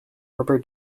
rubber